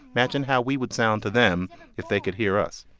imagine how we would sound to them if they could hear us